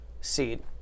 seed